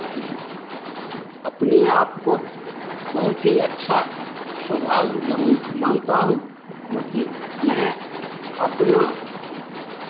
अपने आपको बहुत ही अच्छा सौभाग्य जो हम मानता हूँ जोकि मैं अपना